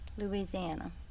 Louisiana